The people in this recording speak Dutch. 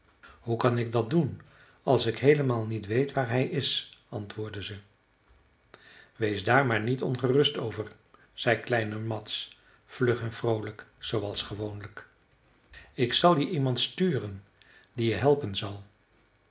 hoe kan ik dat doen als ik heelemaal niet weet waar hij is antwoordde ze wees daar maar niet ongerust over zei kleine mads vlug en vroolijk zooals gewoonlijk ik zal je iemand sturen die je helpen zal